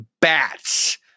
bats